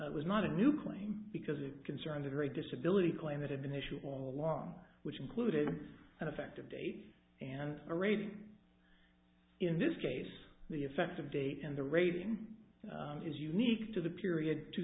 was not a new claim because it concerns a very disability claim that had been issue all along which included an effective date and a rating in this case the effective date and the rating is unique to the period two